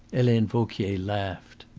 helene vauquier laughed.